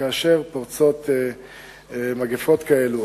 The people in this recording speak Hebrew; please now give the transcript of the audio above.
שכאשר פורצות מגפות כאלה,